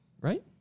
right